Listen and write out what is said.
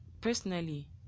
personally